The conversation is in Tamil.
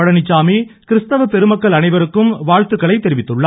பழனிச்சாமி கிறிஸ்துவ பெருமக்கள் அனைவருக்கும் வாழ்த்து தெரிவித்துள்ளார்